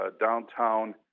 downtown